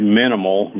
minimal